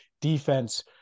defense